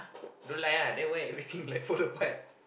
don't lie ah then why everything like fall apart